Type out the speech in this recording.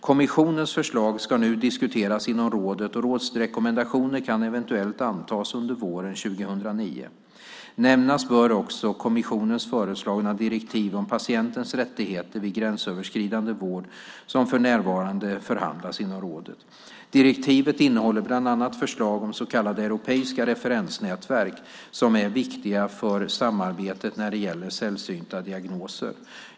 Kommissionens förslag ska nu diskuteras inom rådet och rådsrekommendationer kan eventuellt antas under våren 2009. Nämnas bör också kommissionens föreslagna direktiv om patientens rättigheter vid gränsöverskridande vård som för närvarande förhandlas inom rådet. Direktivet innehåller bland annat förslag om så kallade europeiska referensnätverk som är viktiga för samarbetet när det gäller sällsynta diagnoser.